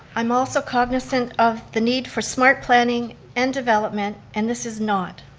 i'm also cognizant of the need for smart planning and development, and this is not,